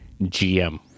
GM